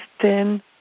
ten